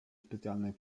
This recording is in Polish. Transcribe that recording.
specjalnej